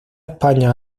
españa